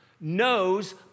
knows